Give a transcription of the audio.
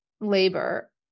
labor